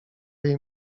jej